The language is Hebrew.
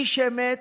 איש אמת,